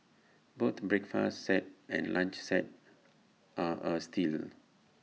both breakfast set and lunch set are A steal